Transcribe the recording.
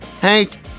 Hank